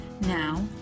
Now